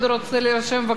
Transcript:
כי אני סוגרת את הרשימה.